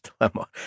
dilemma